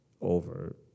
over